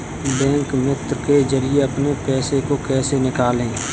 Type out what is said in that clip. Bank मित्र के जरिए अपने पैसे को कैसे निकालें?